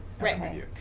right